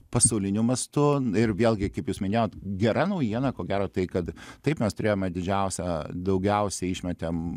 pasauliniu mastu ir vėlgi kaip jūs minėjot gera naujiena ko gero tai kad taip mes turėjome didžiausią daugiausia išmetėm